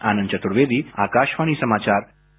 आनंद चतुर्वेदी आकाशवाणी समाचार दिल्ली